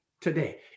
today